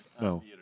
No